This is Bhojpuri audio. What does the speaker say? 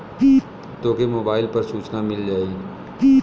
तोके मोबाइल पर सूचना मिल जाई